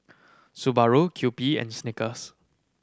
Subaru Kewpie and Snickers